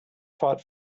fought